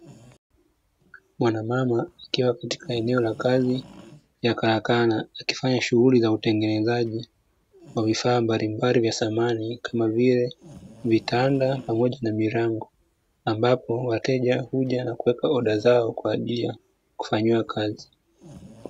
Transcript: Mwanamama akiwa katika eneo la kazi ya karakana akifanya shughuli ya utengenezaji wa vifaa mbalimbali za samani, kama vile vitanda pamoja na milango. Ambapo wateja huja na kuweka oda zao kwa ajili ya kufanyiwa kazi.